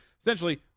essentially